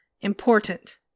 Important